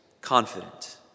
confident